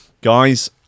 Guys